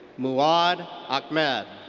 muaadh ahmed.